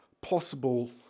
possible